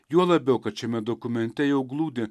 juo labiau kad šiame dokumente jau glūdi